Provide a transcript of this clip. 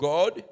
God